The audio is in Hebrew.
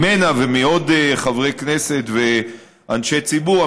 ממנה ומעוד חברי כנסת ואנשי ציבור,